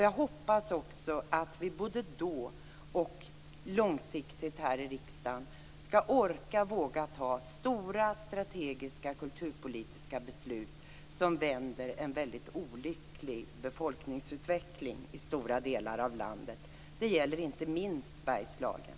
Jag hoppas att vi både då och på lång sikt här i riksdagen skall orka och våga ta stora, strategiska kulturpolitiska beslut, som vänder en väldigt olycklig befolkningsutveckling i stora delar av landet. Det gäller inte minst Bergslagen.